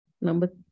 Number